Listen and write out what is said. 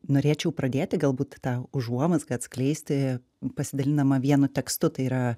norėčiau pradėti galbūt tą užuomazgą atskleisti pasidalindama vienu tekstu tai yra